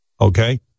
Okay